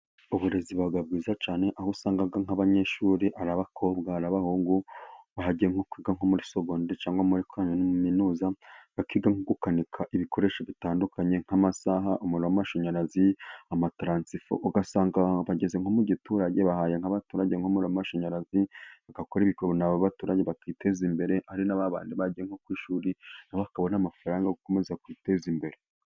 Uburezi buba bwiza cyane, aho usanga nk'abanyeshuri, ari abakobwa ari n'abahungu, bagiye nko kwiga nko muri segonderi cyangwa muri kaminuza, bakiga gukanika ibikoresho bitandukanye nk'amasaha, umuriro w'amashanyarazi, amataransifo. Ugasanga bageze nko mu giturage, bahaye nk'abaturage umuriro w'amashanyarazi, bagakora ibintu na ba baturage bakiteza imbere. Hari n'abandi bagiye nko ku ishuri, na bo bakabona amafaranga, bakomeza kwiteza imbere.